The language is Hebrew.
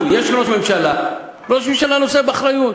יש ראש ממשלה, ראש הממשלה נושא באחריות.